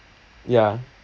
ya